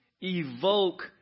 evoke